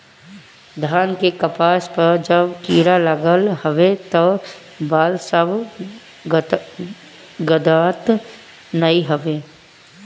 धान के फसल पअ जब कीड़ा लागत हवे तअ बाल सब गदात नाइ हवे